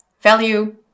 Value